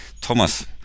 Thomas